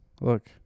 Look